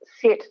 sit